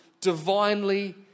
divinely